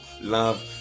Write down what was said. love